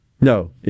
No